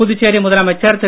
புதுச்சேரி முதலமைச்சர் திரு